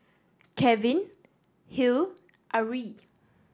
Kevin Hill and Arie